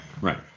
Right